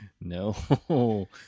No